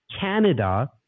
Canada